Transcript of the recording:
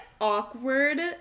awkward